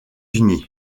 unis